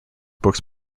books